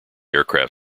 aircraft